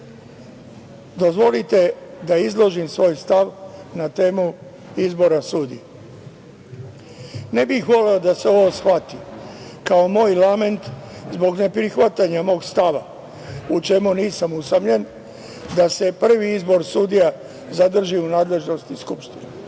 kandidata. Dozvolite da izložim svoj stav, na temu izbora sudije. Ne bih voleo da se ovo shvati kao moj lament zbog ne prihvatanja mog stava, u čemu nisam usamljen, da se prvi izbor sudija zadrži u nadležnosti Skupštine.